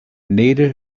neither